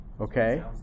Okay